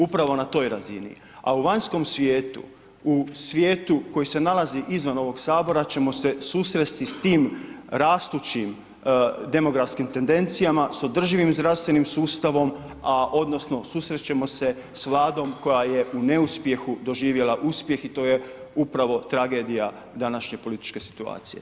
Upravo na toj razini, a u vanjskom svijetu, u svijetu koji se nalazi izvan ovog Sabora ćemo se susresti s tim rastućim demografskim tendencijama, s održivim zdravstvenim sustavom, a odnosno susrećemo se sa Vladom koja je u neuspjehu doživjela uspjeh i to je upravo tragedija današnje političke situacije.